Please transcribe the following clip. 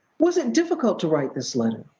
was it difficult to write this letter?